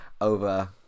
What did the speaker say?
over